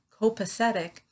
copacetic